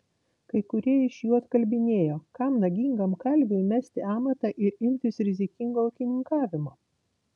kai kurie iš jų atkalbinėjo kam nagingam kalviui mesti amatą ir imtis rizikingo ūkininkavimo